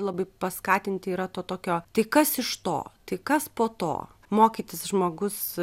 labai paskatinti yra to tokio tai kas iš to tai kas po to mokytis žmogus